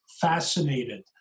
fascinated